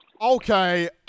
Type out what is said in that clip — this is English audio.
Okay